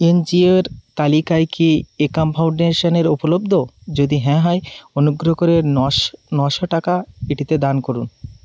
N জি ওর তালিকায় কি একাম ফাউন্ডেশানের উপলব্ধ যদি হ্যাঁ হয় অনুগ্রহ করে নশ নশো টাকা এটিতে দান করুন